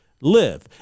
Live